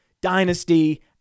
dynasty